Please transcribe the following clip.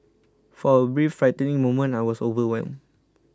for a brief frightening moment I was overwhelmed